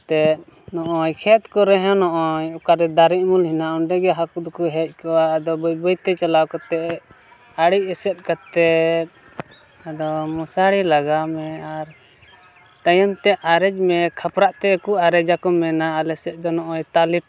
ᱛᱮ ᱱᱚᱜᱼᱚᱸᱭ ᱠᱷᱮᱛ ᱠᱚᱨᱮ ᱦᱚᱸ ᱱᱚᱜᱼᱚᱸᱭ ᱚᱠᱟᱨᱮ ᱫᱟᱨᱮ ᱩᱢᱩᱞ ᱢᱮᱱᱟᱜᱼᱟ ᱚᱸᱰᱮ ᱜᱮ ᱦᱟᱹᱠᱩ ᱫᱚᱠᱚ ᱦᱮᱡ ᱠᱚᱜᱼᱟ ᱟᱫᱚ ᱵᱟᱹᱭ ᱵᱟᱹᱭᱛᱮ ᱪᱟᱞᱟᱣ ᱠᱟᱛᱮᱫ ᱟᱲᱮ ᱮᱥᱮᱫ ᱠᱟᱛᱮᱫ ᱟᱫᱚ ᱢᱚᱥᱟᱨᱤ ᱞᱟᱜᱟᱣ ᱢᱮ ᱟᱨ ᱛᱟᱭᱚᱢᱛᱮ ᱟᱨᱮᱡ ᱢᱮ ᱠᱷᱯᱨᱟᱜ ᱛᱮᱠᱚ ᱟᱨᱮᱡᱟ ᱠᱚ ᱢᱮᱱᱟ ᱟᱞᱮ ᱥᱮᱫ ᱫᱚ ᱱᱚᱜᱼᱚᱸᱭ ᱛᱟᱞᱮ